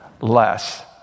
less